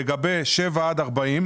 לגבי שבעה עד 40 קילומטר,